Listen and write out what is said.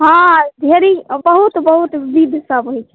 हँ ढेरी बहुत बहुत विधिसभ होइत छै